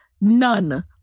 None